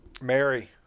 mary